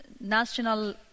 national